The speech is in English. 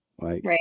Right